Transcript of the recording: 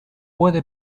puede